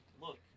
look